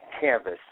canvas